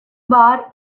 bar